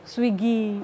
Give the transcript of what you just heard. Swiggy